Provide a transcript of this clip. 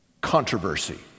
controversy